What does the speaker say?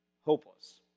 hopeless